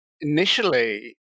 initially